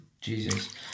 Jesus